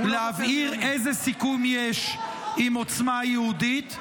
להבהיר איזה סיכום יש עם עוצמה יהודית.